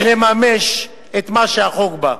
לממש את מה שהחוק רוצה.